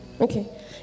Okay